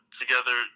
together